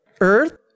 Earth